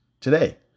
today